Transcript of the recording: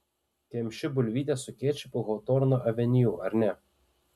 kemši bulvytes su kečupu hotorno aveniu ar ne